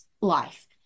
life